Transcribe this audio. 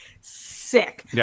sick